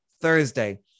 Thursday